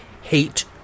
hate